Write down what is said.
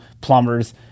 plumbers